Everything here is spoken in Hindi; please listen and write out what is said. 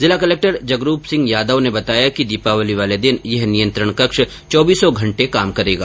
जिला कलक्टर जगरूप सिंह यादव ने बताया दीपावली वाले दिन यह नियंत्रण कक्ष चौबीसों घण्टे काम करेगा